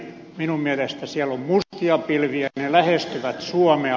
minun mielestäni siellä on mustia pilviä ja ne lähestyvät suomea